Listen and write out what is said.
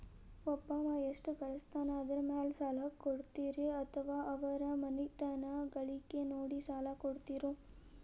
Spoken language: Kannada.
ಒಬ್ಬವ ಎಷ್ಟ ಗಳಿಸ್ತಾನ ಅದರ ಮೇಲೆ ಸಾಲ ಕೊಡ್ತೇರಿ ಅಥವಾ ಅವರ ಮನಿತನದ ಗಳಿಕಿ ನೋಡಿ ಸಾಲ ಕೊಡ್ತಿರೋ?